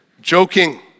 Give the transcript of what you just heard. joking